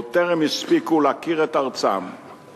עוד טרם הספיקו להכיר את ארצם,